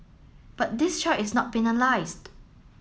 but this child is not penalised